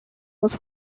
was